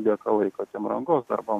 lieka laiko tiem rangos darbam